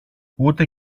ούτε